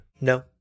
No